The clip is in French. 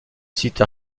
site